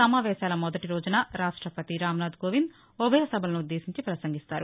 సమావేశాల మొదటిరోజున రాష్టపతి రాంనాథ్ కోవింద్ ఉభయ సభలను ఉద్దేశించి ప్రసంగిస్తారు